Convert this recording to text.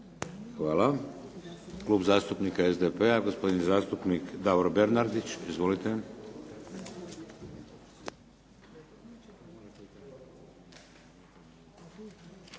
Hvala. Klub zastupnika SDP-a gospodin zastupnik Davor Bernardić. Izvolite.